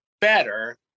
better